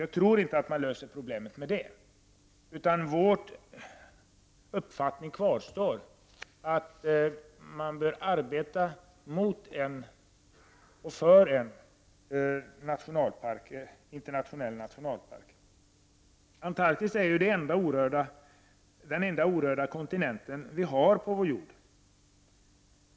Jag tror inte att man löser problemet med det, utan vår uppfattning kvarstår, att man bör arbeta för en internationell nationalpark. Antarktis är den enda orörda kontinenten på vår jord.